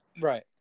Right